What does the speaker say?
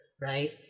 right